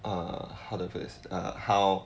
uh how to phrase this uh how